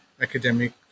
academic